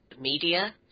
media